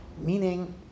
Meaning